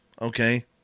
Okay